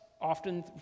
often